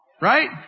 Right